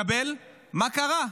לקבל מה קרה.